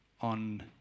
on